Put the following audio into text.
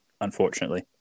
Unfortunately